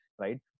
right